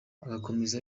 ugakomeza